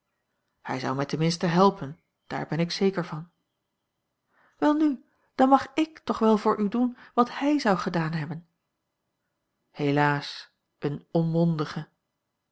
hij zou mij ten minste helpen daar ben ik zeker van welnu dan mag ik toch wel voor u doen wat hij zou gedaan hebben helaas eene